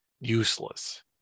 useless